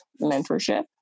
mentorship